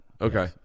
okay